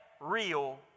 real